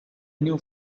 new